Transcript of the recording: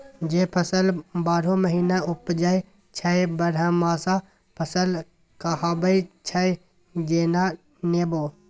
जे फसल बारहो महीना उपजै छै बरहमासा फसल कहाबै छै जेना नेबो